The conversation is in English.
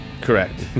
correct